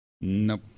Nope